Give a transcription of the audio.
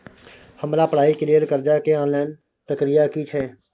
हमरा पढ़ाई के लेल कर्जा के ऑनलाइन प्रक्रिया की छै?